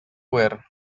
were